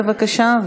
בבקשה,